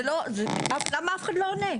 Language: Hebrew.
זה לא, למה אף אחד לא עונה?